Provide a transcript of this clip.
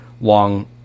long